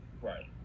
Right